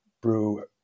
brew